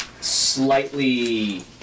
slightly